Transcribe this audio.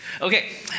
Okay